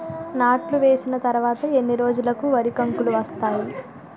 నాట్లు వేసిన తర్వాత ఎన్ని రోజులకు వరి కంకులు వస్తాయి?